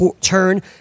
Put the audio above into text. turn